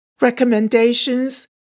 recommendations